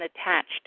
attached